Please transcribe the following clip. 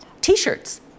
T-shirts